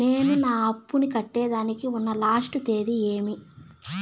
నేను నా అప్పుని కట్టేదానికి ఉన్న లాస్ట్ తేది ఏమి?